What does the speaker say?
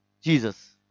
Jesus